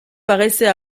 paraissait